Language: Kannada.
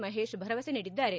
ಮಹೇಶ್ ಭರವಸೆ ನೀಡಿದ್ದಾರೆ